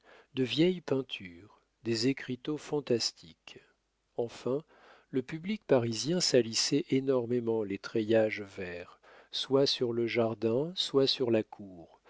de vieilles peintures des écriteaux fantastiques enfin le public parisien salissait énormément les treillages verts soit sur le jardin soit sur la cour